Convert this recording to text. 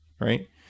Right